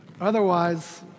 Otherwise